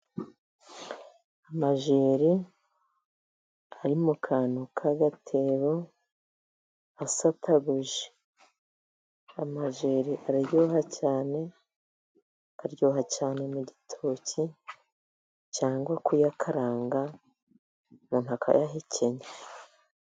Amajeri ari mu kantu k'agatebo asataguye. Amajeri araryoha cyane, akaryoha cyane mu gitoki, cyangwa kuyakaranga umuntu akayahekenya.